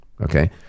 Okay